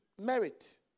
merit